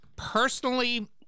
Personally